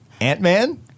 Ant-Man